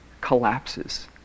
collapses